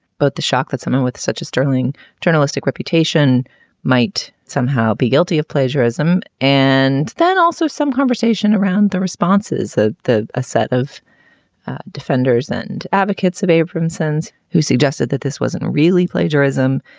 but the shock that someone with such a sterling journalistic reputation might somehow be guilty of plagiarism. and then also some conversation around the responses of ah the ah set of defenders and advocates of abramson's who suggested that this wasn't really plagiarism.